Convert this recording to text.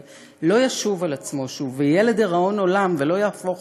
לא ישוב על עצמו ויהיה לדיראון עולם ולא יהפוך